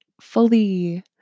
fully